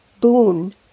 boon